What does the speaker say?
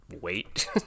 wait